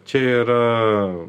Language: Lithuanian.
čia yra